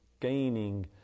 gaining